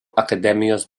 akademijos